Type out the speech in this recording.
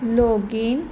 login